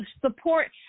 support